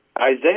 Isaiah